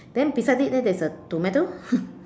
then beside it leh there's the tomato